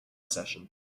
session